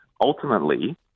ultimately